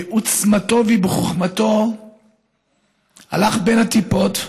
בעוצמתו ובחוכמתו הלך בין הטיפות,